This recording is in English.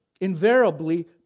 invariably